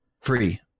free